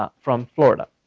ah from florida.